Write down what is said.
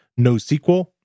NoSQL